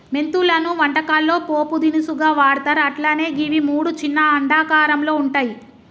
మెంతులను వంటకాల్లో పోపు దినుసుగా వాడ్తర్ అట్లనే గివి మూడు చిన్న అండాకారంలో వుంటయి